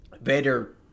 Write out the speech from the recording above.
Vader